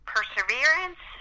Perseverance